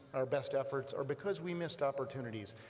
our best efforts or because we missed opportunities,